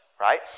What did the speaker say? right